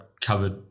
covered